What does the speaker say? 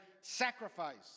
sacrifice